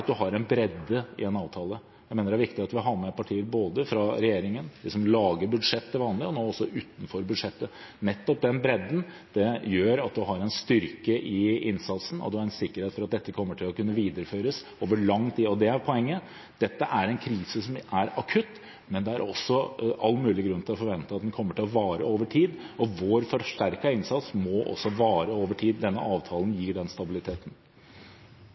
at man har en bredde i en avtale. Jeg mener det er viktig at vi har med partier fra regjeringen, den som lager budsjett til vanlig – og nå også utenfor budsjettet. Nettopp denne bredden gjør at man har en styrke i innsatsen, og man har en sikkerhet for at dette kommer til å kunne videreføres over lang tid. Og det er poenget: Dette er en krise som er akutt, men det er også all mulig grunn til å forvente at den kommer til å vare over tid. Vår forsterkede innsats må også vare over tid. Denne avtalen gir den stabiliteten.